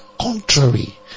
contrary